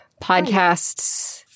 podcasts